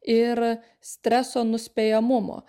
ir streso nuspėjamumo